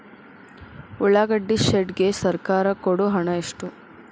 ಉಳ್ಳಾಗಡ್ಡಿ ಶೆಡ್ ಗೆ ಸರ್ಕಾರ ಕೊಡು ಹಣ ಎಷ್ಟು?